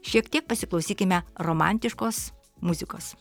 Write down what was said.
šiek tiek pasiklausykime romantiškos muzikos